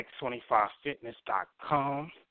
x25fitness.com